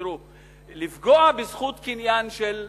תראו, לפגוע בזכות קניין של אנשים,